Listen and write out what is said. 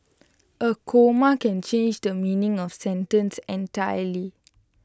A comma can change the meaning of sentence entirely